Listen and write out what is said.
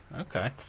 Okay